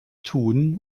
tun